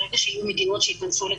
ברגע שיהיו מדינות שיכנסו לקריטריונים,